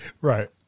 Right